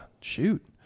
shoot